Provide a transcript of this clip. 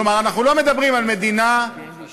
כלומר, אנחנו לא מדברים על מדינה מסכנה,